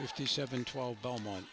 fifty seven twelve belmont